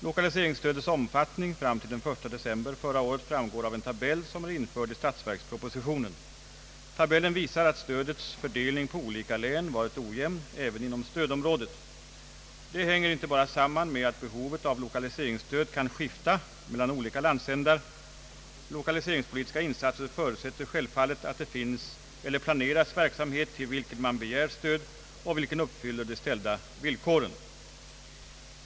Lokaliseringsstödets omfattning fram till den 1 december förra året framgår av en tabell, som är införd i statsverkspropositionen. Tabellen visar att stödets fördelning på olika län varit ojämn även inom stödområdet. Det hänger inte bara samman med att behovet av lokaliseringsstöd kan skifta mellan oli ka landsändar. Lokaliseringspolitiska insatser förutsätter självfallet att det finns eller planeras verksamhet, till vilken man begär stöd och vilken uppfyller de ställda villkoren.